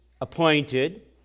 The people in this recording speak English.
appointed